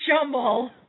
jumble